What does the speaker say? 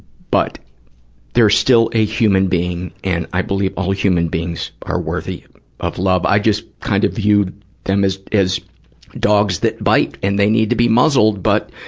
but they're still a human being, and i believe all human beings are worthy of love. i just kind of view them as as dogs that bite and they need to be muzzled, but